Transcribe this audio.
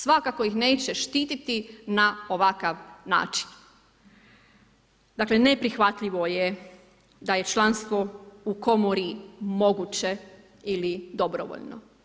Svakako ih neće štititi na ovakav način. dakle neprihvatljivo da je članstvo u komori moguće ili dobrovoljno.